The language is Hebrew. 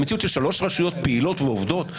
המציאות של שלוש רשויות פעילות ועובדות?